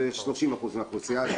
זה 30% מהאוכלוסייה.